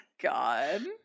God